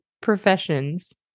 professions